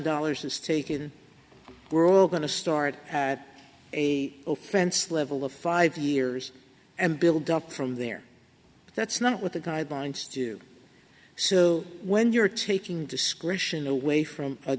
dollars is taken we're all going to start at a fence level of five years and build up from there but that's not what the guidelines do so when you're taking discretion away from a